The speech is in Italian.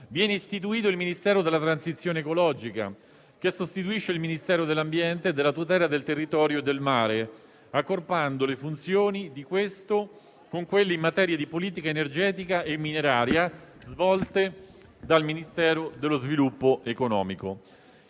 Viene istituito il Ministero della transizione ecologica, che sostituisce il Ministero dell'ambiente e della tutela del territorio e del mare, accorpando le funzioni di questo con quelle in materia di politica energetica e mineraria svolte dal Ministero dello sviluppo economico.